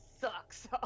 sucks